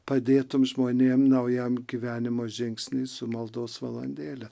padėtum žmonėm naujam gyvenimo žingsny su maldos valandėle